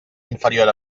inferior